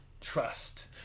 trust